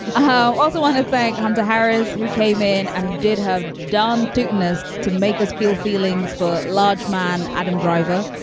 and also want to thank hunter harris, who came in and did have done dudeness to make us feel feelings for large man adam driver.